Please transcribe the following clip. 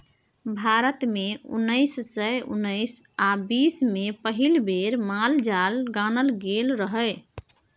भारत मे उन्नैस सय उन्नैस आ बीस मे पहिल बेर माल जाल गानल गेल रहय